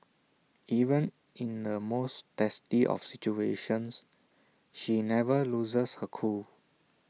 even in the most testy of situations she never loses her cool